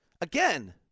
again